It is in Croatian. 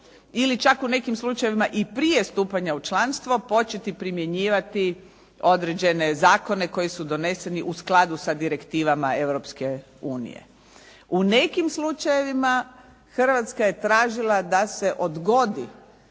ili čak u nekim slučajevima i prije stupanja u članstvo početi primjenjivati određene zakone koji su doneseni u skladu sa direktivama Europske unije. U nekim slučajevima Hrvatska je tražila da se odgodi